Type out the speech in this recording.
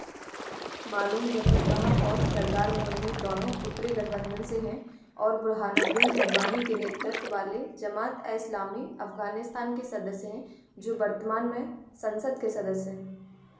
मालूम जफ़र शाह और सरदार मेहमूद दोनों उत्तरी गठबंधन से हैं और बुरहानुद्दीन रब्बानी के नेतृत्व वाले जमात ए इस्लामी अफ़गानिस्तान के सदस्य हैं जो वर्तमान में संसद के सदस्य हैं